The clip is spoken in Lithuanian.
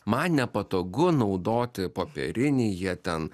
man nepatogu naudoti popierinį jie ten